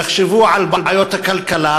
יחשבו על בעיות הכלכלה,